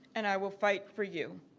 and i will fight for you.